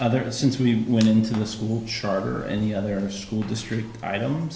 others since we went into the school charter or any other school district i don't